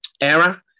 era